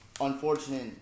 unfortunate